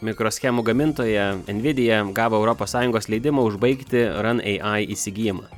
mikroschemų gamintoja envidija gavo europos sąjungos leidimą užbaigti runai įsigijimą